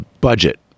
budget